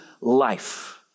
life